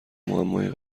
معمای